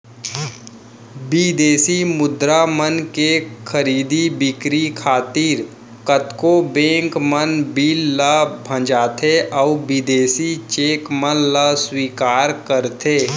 बिदेसी मुद्रा मन के खरीदी बिक्री खातिर कतको बेंक मन बिल ल भँजाथें अउ बिदेसी चेक मन ल स्वीकार करथे